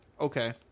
Okay